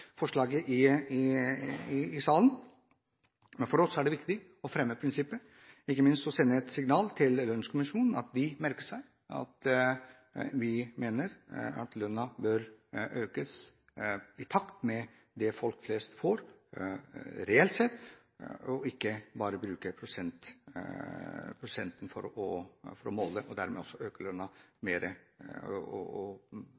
forslaget i salen, men for oss er det viktig å fremme prinsippet og ikke minst sende et signal til lønnskommisjonen om at de merker seg at vi mener at lønnen bør økes i takt med det folk flest får reelt sett, og at man ikke bruker prosentmål og dermed